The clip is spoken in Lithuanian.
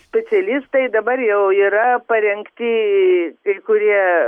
specialistai dabar jau yra parengti kai kurie